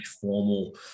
formal